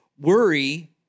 Worry